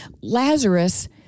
Lazarus